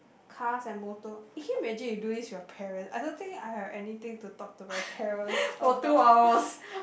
cars and motor can you imagine you do this with your parent I don't think I have anything to talk to my parent about